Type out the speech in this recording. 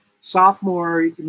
sophomore